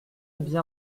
bien